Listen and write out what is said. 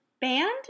band